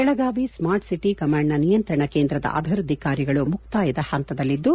Belagavi smart city ಕಮಾಂಡ್ನ ನಿಯಂತ್ರಣ ಕೇಂದ್ರದ ಅಭಿವೃದ್ಧಿ ಕಾರ್ಯಗಳು ಮುಕ್ತಾಯದ ಪಂತದಲ್ಲಿದ್ದು